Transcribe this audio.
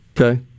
Okay